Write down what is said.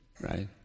right